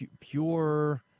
pure